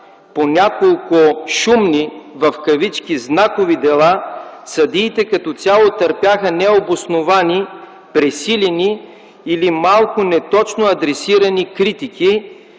по няколко шумни „знакови” дела, съдиите като цяло търпяха необосновани, пресилени или малко неточно адресирани критики,